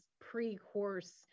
pre-course